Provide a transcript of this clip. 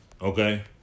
Okay